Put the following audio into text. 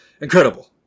incredible